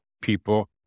people